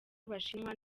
abashinwa